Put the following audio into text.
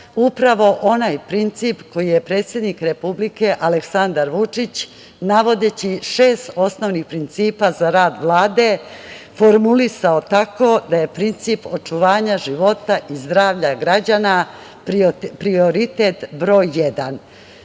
upravo onaj princip koji je predsednik republike Aleksandar Vučić, navodeći šest osnovnih principa za rad Vlade, formulisao tako da je princip očuvanja života i zdravlja građana prioritet broj jedan.